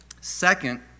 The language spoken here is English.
Second